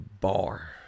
bar